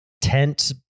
tent